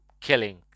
killing